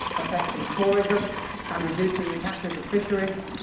affecting tourism and reducing the catches of fisheries.